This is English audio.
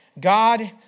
God